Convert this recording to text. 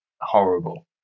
horrible